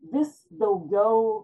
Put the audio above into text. vis daugiau